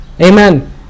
Amen